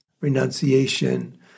renunciation